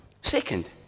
Second